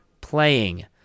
playing